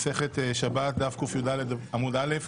מסכת שבת דף קי"ד עמ' א'.